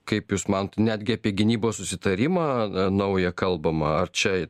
kaip jūs mant netgi apie gynybos susitarimą naują kalbama ar čia